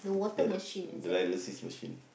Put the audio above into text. the the dialysis machine